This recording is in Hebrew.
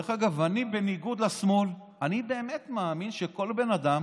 אני, בניגוד לשמאל, באמת מאמין שכל בן אדם